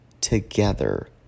together